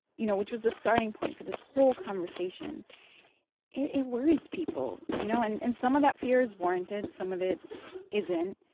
you know, which was the starting point for this whole conversation it worries people, people, you know? and and some of that fear is warranted. some of it isn't.